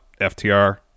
FTR